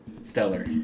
stellar